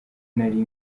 nari